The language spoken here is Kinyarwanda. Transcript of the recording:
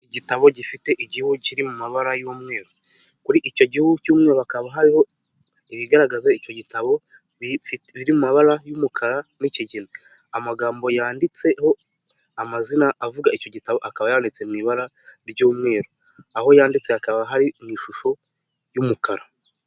Igitabo gifite igihu kiri mu mabara y'umweru, kuri icyo gihuguhu cy'umweru hakaba hariho ibigaragaza icyo gitabo biri mu mabara y'umukara n'ikigega, amagambo yanditseho amazina avuga icyo gitabo akaba yanditse mu ibara ry'umweru, aho yanditse hakaba hari mu ishusho y'umukara.